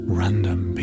random